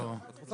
כמו